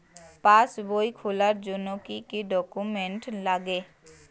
পাসবই খোলার জন্য কি কি ডকুমেন্টস লাগে?